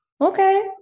okay